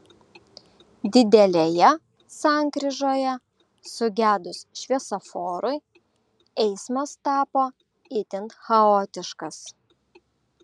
didelėje sankryžoje sugedus šviesoforui eismas tapo itin chaotiškas